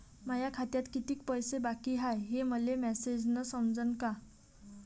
माया खात्यात कितीक पैसे बाकी हाय हे मले मॅसेजन समजनं का?